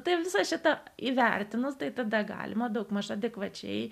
tai visą šitą įvertinus tai tada galima daugmaž adekvačiai